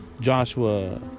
Joshua